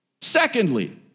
Secondly